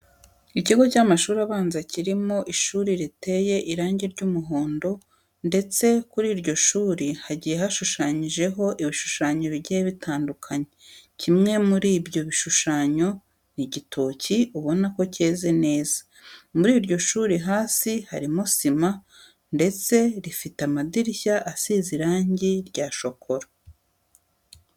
Ikigo cy'amashuri abanza kirimo ishuri riteye irangi ry'umuhondo ndetse kuri iryo shuri hagiye hashushanyijeho ibishushanyo bigiye bitandukanye. Kimwe muri ibyo bishushanyo ni igitoki ubona ko cyeze neza. Muri iryo shuri hasi harimo sima ndetse rifite amadirishya asize irangi rya shokora.